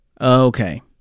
Okay